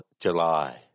July